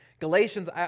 Galatians